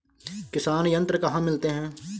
किसान यंत्र कहाँ मिलते हैं?